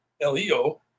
L-E-O